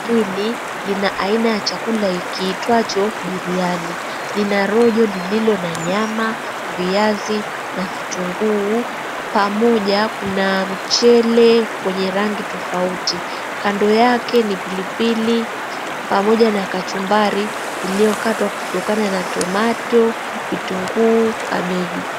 Hili lina aina ya chakula ikiitwacho biriani. Lina rojo lililo na nyama, viazi na vitunguu. Pamoja, kuna mchele wenye rangi tofauti. Kando yake ni pilipili pamoja na kachumbari iliyokatwa kutokana na tomato, vitunguu na kabeji.